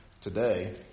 today